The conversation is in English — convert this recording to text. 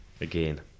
again